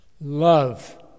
Love